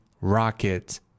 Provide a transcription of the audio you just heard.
rocket